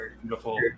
beautiful